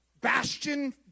bastion